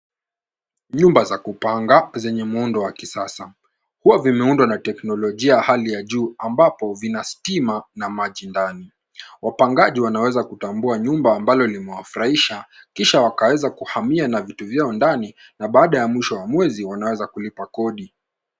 Nyuma za kupanga zenye muundo wa kisasa hua vimeundwa na teknolojia ya hali ya juu ambapo vina stima na maji ndani. Wapangaji wanaweza kutambua nyumba ambalo limewafurahisha kisha wakaweza kuhamia na vitu vyao ndani na baada ya mwisho wa mwezi wanaweza kulipa kodi.